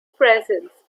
presence